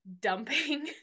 dumping